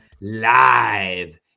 Live